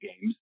games